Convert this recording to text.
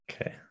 Okay